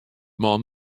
man